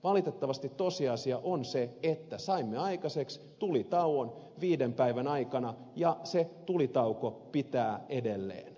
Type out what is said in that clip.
valitettavasti tosiasia on se että saimme aikaiseksi tulitauon viiden päivän aikana ja se tulitauko pitää edelleen